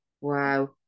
Wow